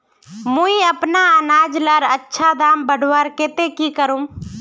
मुई अपना अनाज लार अच्छा दाम बढ़वार केते की करूम?